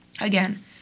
again